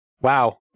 wow